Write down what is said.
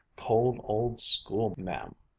cold old school-ma'am